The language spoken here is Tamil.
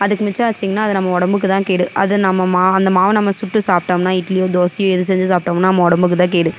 அதுக்கு மிச்சம் வைச்சிங்கனா அது நம்ம உடம்புக்குதான் கேடு அதை நம்ம அந்த மாவை நம்ம சுட்டு சாப்பிட்டோம்னா இட்லியோ தோசையோ எது செஞ்சு சாப்பிட்டோம்னா நம்ம உடம்புக்குதான் கேடு